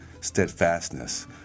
steadfastness